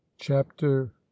chapter